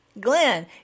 Glenn